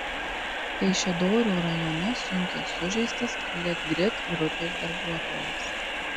kaišiadorių rajone sunkiai sužeistas litgrid grupės darbuotojas